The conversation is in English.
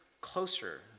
closer